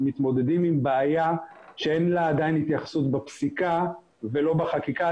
מתמודדים עם בעיה שאין לה עדיין התייחסות בפסיקה ולא בחקיקה,